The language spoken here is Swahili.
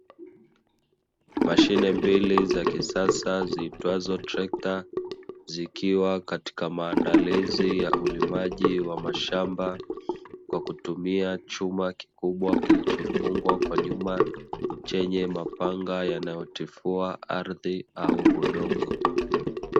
Mashine mbili za kisasa ziitwazo trekta, zikiwa katika maandalizi ya ulimaji wa mashamba kwa kutumia chuma kikubwa kilichofungwa kwa nyuma, chenye mapanga yanayotifua ardhi au udongo.